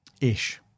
Ish